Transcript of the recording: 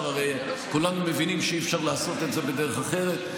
כולנו מבינים שאי-אפשר לעשות את זה בדרך אחרת.